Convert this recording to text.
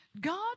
God